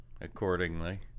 accordingly